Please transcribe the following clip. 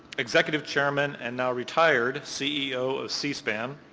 executive chairman and now retired ceo of c-span,